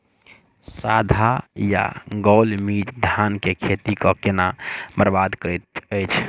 साढ़ा या गौल मीज धान केँ खेती कऽ केना बरबाद करैत अछि?